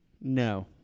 No